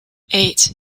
eight